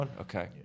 Okay